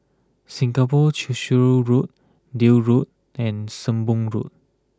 Singapore Cheshire Road Deal Road and Sembong Road